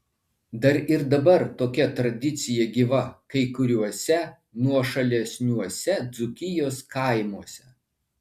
dar ir dabar tokia tradicija gyva kai kuriuose nuošalesniuose dzūkijos kaimuose